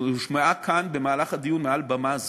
שהושמעה כאן במהלך הדיון מעל במה זו,